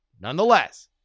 Nonetheless